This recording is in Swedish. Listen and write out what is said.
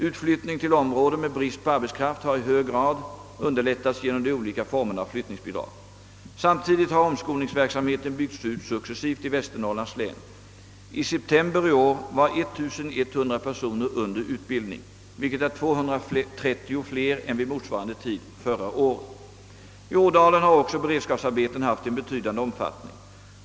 Utflyttning till områden med brist på arbetskraft har i hög grad underlättats genom de olika formerna av flyttningsbidrag. Samtidigt har omskolningsverksamheten byggts ut successivt i Västernorrlands län. I september i år var 1100 personer under utbildning, vilket är 230 fler än vid motsvarande tid förra året. I Ådalen har också beredskapsarbeten haft en betydande omfattning.